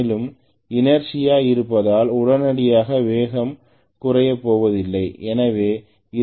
மேலும் இனர்சியா இருப்பதால் உடனடியாக வேகம் குறையப் போவது இல்லை